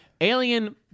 alien